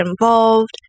involved